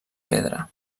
pedra